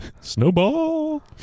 Snowball